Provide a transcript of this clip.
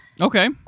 Okay